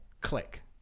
click